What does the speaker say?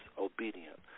obedient